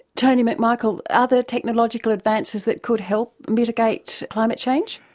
tony mcmichael, are there technological advances that could help mitigate climate change?